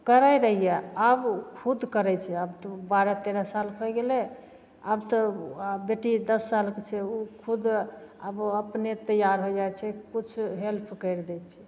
करै रहिए आब खुद करै छै आब ओ बारह तेरह सालके होइ गेलै आब तऽ बेटी दस सालके छै ओ खुद आब ओ अपने तैआर हो जाइ छै किछु हेल्प करि दै छिए